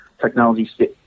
technology